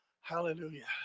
Hallelujah